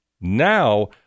Now